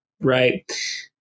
Right